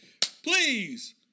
Please